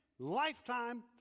Lifetime